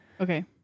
Okay